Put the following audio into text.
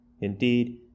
Indeed